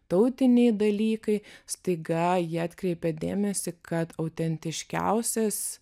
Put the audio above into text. tautiniai dalykai staiga jie atkreipia dėmesį kad autentiškiausias